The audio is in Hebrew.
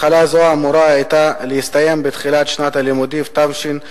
החלה זו היתה אמורה להסתיים בתחילת שנת הלימודים תשע"ג.